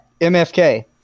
MFK